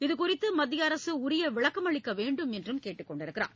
இதுகுறித்து மத்திய அரசு உரிய விளக்கமளிக்க வேண்டும் என்றும் கேட்டுக் கொண்டுள்ளார்